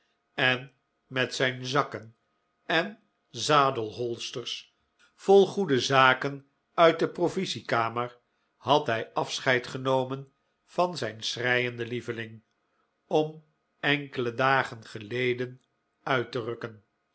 en met zijn zakken en zadelholsters vol goede zaken uit de provisiekamer had hij afscheid genomen van zijn schreiende lieveling om enkele dagen geleden uit te rukken